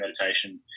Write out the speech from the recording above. meditation